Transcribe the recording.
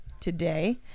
today